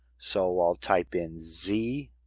so i'll type in z